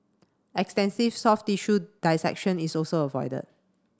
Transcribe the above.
extensive soft tissue dissection is also avoided